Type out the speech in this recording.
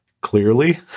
Clearly